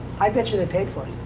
i bet you they paid for it.